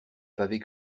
pavé